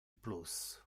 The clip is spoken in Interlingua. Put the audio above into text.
plus